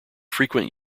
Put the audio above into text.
frequent